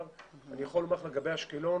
אני יכול לומר לך לגבי אשקלון